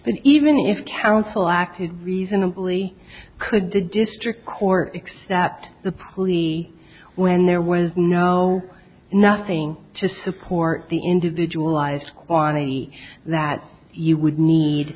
but even if counsel acted reasonably could the district court accept the plea when there was no nothing to support the individualized quantity that you would need